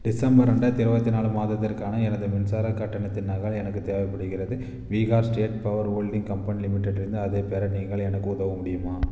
December ரெண்டாயிரத்தி இருபத்தி நாலு மாதத்திற்கான எனது மின்சாரக் கட்டணத்தின் நகல் எனக்கு தேவைப்படுகிறது Bihar state power holding company லிமிட்டெடிலிருந்து அதைப் பெற நீங்கள் எனக்கு உதவ முடியுமா